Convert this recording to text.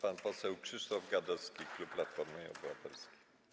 Pan poseł Krzysztof Gadowski, klub Platforma Obywatelska.